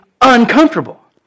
uncomfortable